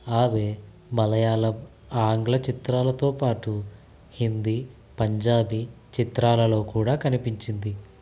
ఆమె మలయాళం ఆంగ్ల చిత్రాలతో పాటు హిందీ పంజాబీ చిత్రాలలో కూడా కనిపించింది